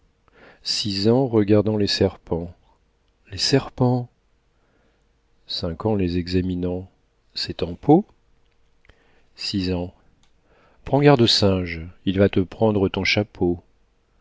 six ans regardant les serpents les serpents cinq ans les examinant c'est en peau prends garde au singe il va te prendre ton chapeau